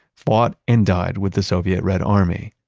fought and died with the soviet red army,